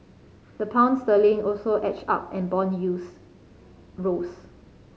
the pound sterling also edged up and bond yields rose